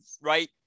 right